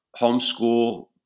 homeschool